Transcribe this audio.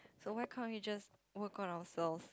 so why can't we just work on ourselves